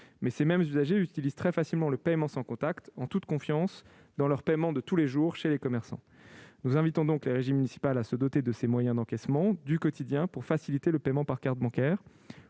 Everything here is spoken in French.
ces mêmes usagers utilisent très facilement le paiement sans contact, en toute confiance, pour leurs paiements de tous les jours chez les commerçants. Nous invitons donc les régies municipales à se doter de ces moyens d'encaissement du quotidien, pour faciliter le paiement par carte bancaire.